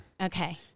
Okay